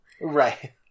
Right